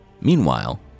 Meanwhile